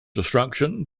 destruction